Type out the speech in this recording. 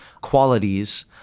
qualities